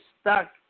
stuck